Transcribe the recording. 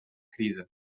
criză